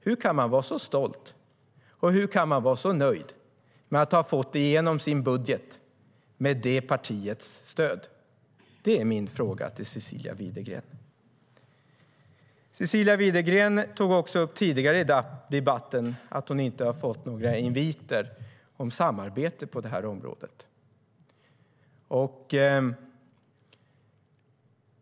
Hur kan man vara så stolt och hur kan man vara så nöjd med att ha fått igenom sin budget med det partiets stöd? Det är min fråga till Cecilia Widegren.Tidigare i debatten tog Cecilia Widegren också upp att hon inte har fått några inviter om samarbete på det här området.